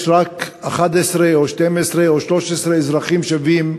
ויש רק 11 או 12 או 13 אזרחים שווים,